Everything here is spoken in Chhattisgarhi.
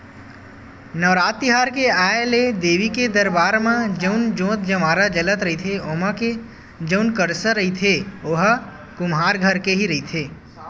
नवरात तिहार के आय ले देवी के दरबार म जउन जोंत जंवारा जलत रहिथे ओमा के जउन करसा रहिथे ओहा कुम्हार घर के ही रहिथे